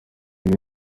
rero